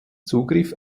zugriff